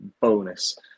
bonus